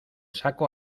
saco